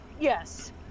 Yes